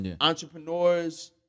entrepreneurs